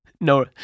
No